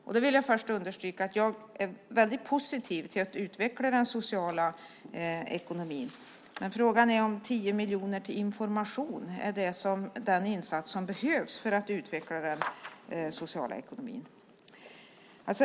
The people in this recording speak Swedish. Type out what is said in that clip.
Jag vill först understryka att jag är väldigt positiv till att utveckla den sociala ekonomin. Frågan är om 10 miljoner till information är den insats som behövs för att utveckla den sociala ekonomin.